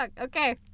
Okay